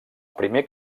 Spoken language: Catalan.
primer